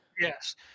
Yes